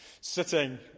sitting